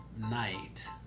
night